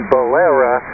Bolera